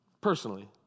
personally